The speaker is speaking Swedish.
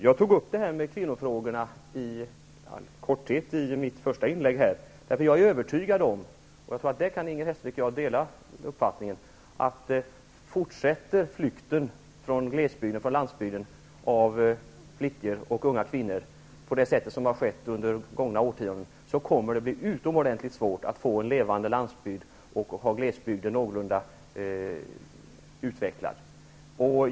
Jag tog upp kvinnofrågorna i korthet i mitt första inlägg. Jag är nämligen övertygad om att -- jag tror att Inger Hestvik och jag kan dela den uppfattningen -- ifall flykten av flickor och unga kvinnor från landsbygden och glesbygden fortsätter på samma sätt som under gångna årtionden, så kommer det att bli utomordentligt svårt att få en levande landsbygd och att hålla glesbygden någorlunda utvecklad.